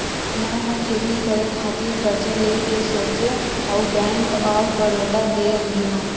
मै ह खेती करे खातिर करजा लेय के सोचेंव अउ बेंक ऑफ बड़ौदा गेव रेहेव